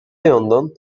yandan